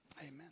amen